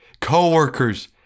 co-workers